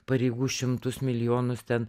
pareigų šimtus milijonus ten